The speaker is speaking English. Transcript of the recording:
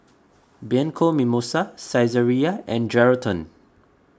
Bianco Mimosa Saizeriya and Geraldton